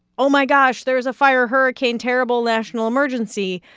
oh, my gosh. there's a fire, hurricane, terrible national emergency.